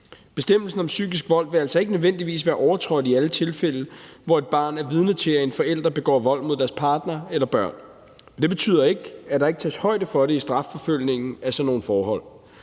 Bestemmelsen om psykisk vold vil altså ikke nødvendigvis være overtrådt i alle tilfælde, hvor et barn er vidne til, at en forælder begår vold mod sin partner eller børn. Det betyder ikke, at der ikke tages højde for det i strafforfølgningen af sådan nogle forhold.